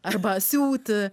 arba siūti